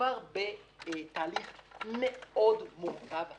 מדובר בתהליך מורכב מאוד הנדסית,